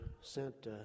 sent